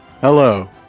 hello